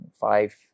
five